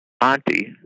auntie